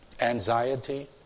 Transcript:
anxiety